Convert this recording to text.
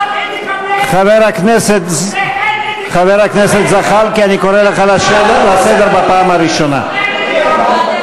חבר הכנסת זאב, אני קורא לך לסדר בפעם השנייה.